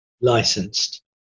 licensed